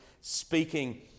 speaking